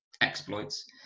exploits